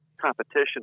competition